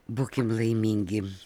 būkim laimingi